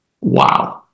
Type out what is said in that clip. Wow